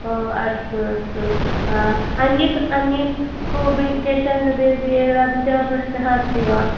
ओ अस्तु अस्तु अन्यत् अन्य कोपि केशां कृतेऽपि एतादृशः प्रश्नः अस्ति वा